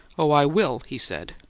oh i will, he said.